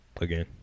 again